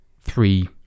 three